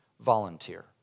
volunteer